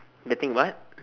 betting what